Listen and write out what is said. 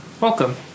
Welcome